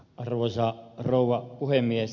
arvoisa rouva puhemies